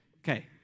Okay